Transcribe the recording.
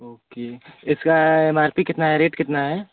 okay इसका M R P कितना है रेट कितना है